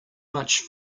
much